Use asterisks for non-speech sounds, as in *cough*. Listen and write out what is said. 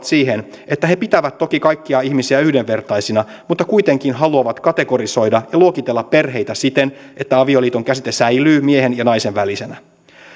*unintelligible* siihen että he pitävät toki kaikkia ihmisiä yhdenvertaisina mutta kuitenkin haluavat kategorisoida ja luokitella perheitä siten että avioliiton käsite säilyy miehen ja naisen välisenä